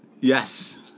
Yes